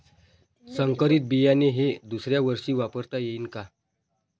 संकरीत बियाणे हे दुसऱ्यावर्षी वापरता येईन का?